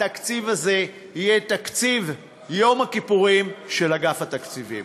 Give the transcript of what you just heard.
התקציב הזה יהיה תקציב יום הכיפורים של אגף התקציבים.